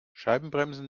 scheibenbremsen